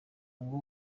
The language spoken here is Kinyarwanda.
ngo